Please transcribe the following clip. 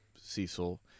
Cecil